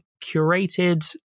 curated